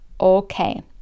okay